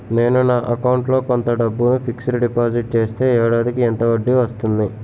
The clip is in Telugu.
నేను నా అకౌంట్ లో కొంత డబ్బును ఫిక్సడ్ డెపోసిట్ చేస్తే ఏడాదికి ఎంత వడ్డీ వస్తుంది?